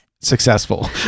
Successful